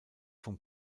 vom